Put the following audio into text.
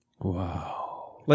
Wow